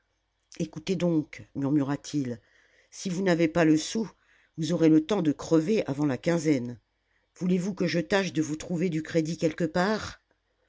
écoutez donc murmura-t-il si vous n'avez pas le sou vous aurez le temps de crever avant la quinzaine voulez-vous que je tâche de vous trouver du crédit quelque part